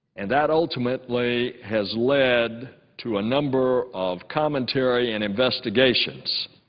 and that ultimately has led to a number of commentary and investigations